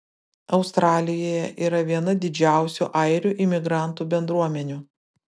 australijoje yra viena didžiausių airių imigrantų bendruomenių